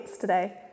today